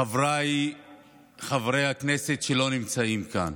חבריי חברי הכנסת שלא נמצאים כאן